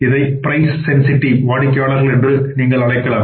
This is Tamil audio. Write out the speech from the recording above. இதை பிரைஸ் சென்சிட்டிவ் வாடிக்கையாளர்கள் என்று நீங்கள் அழைக்கலாம்